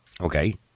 Okay